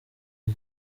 uwo